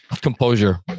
Composure